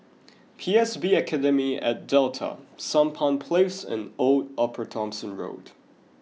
P S B Academy at Delta Sampan Place and Old Upper Thomson Road